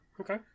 okay